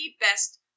best